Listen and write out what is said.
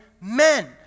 men